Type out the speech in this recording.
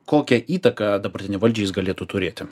kokią įtaką dabartinei valdžiai jis galėtų turėti